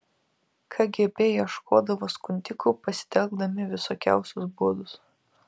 kgb ieškodavo skundikų pasitelkdami visokiausius būdus